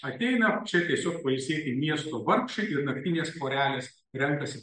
ateina čia tiesiog pailsėti miesto vargšai ir naktinės porelės renkasi